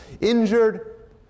Injured